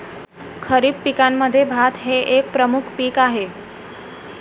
खरीप पिकांमध्ये भात हे एक प्रमुख पीक आहे